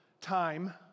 time